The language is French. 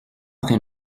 train